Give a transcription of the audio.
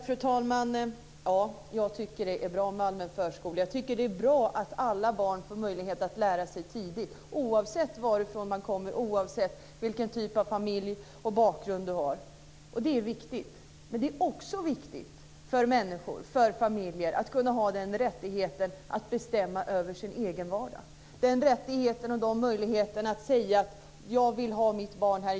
Fru talman! Ja, jag tycker att det är bra med allmän förskola. Jag tycker att det är bra att alla barn får möjligheter att lära sig tidigt, oavsett varifrån de kommer, vilken familj och bakgrund de har. Det är viktigt. Men det är också viktigt för familjer att kunna ha rättigheten att bestämma över sin egen vardag. Det handlar om rättigheten och möjligheten att säga: Jag vill ha mitt barn här.